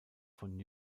von